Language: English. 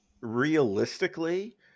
realistically